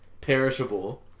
Perishable